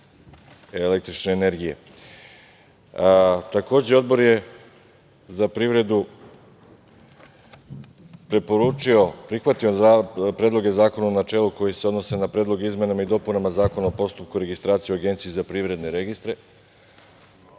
za privredu je preporučio, prihvatio predloge zakone u načelu koji se odnose na predloge o izmenama i dopunama Zakona o postupku registracije u Agenciji za privredne registre.